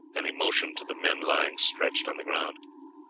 and he motioned to the men lying stretched on the ground. ah,